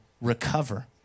recover